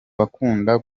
bakunda